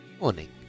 Morning